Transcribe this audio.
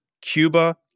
Cuba